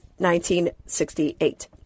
1968